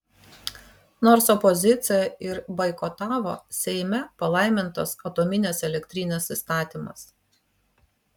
nors opozicija ir boikotavo seime palaimintas atominės elektrinės įstatymas